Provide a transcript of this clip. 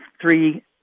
three